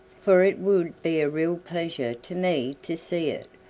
for it would be a real pleasure to me to see it,